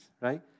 right